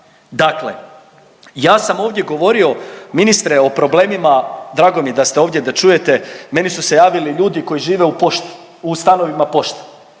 Dakle ja sam ovdje govorio ministre o problemima, drago mi je da ste ovdje da čujete, meni su se javili ljudi koji žive u pošti.